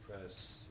press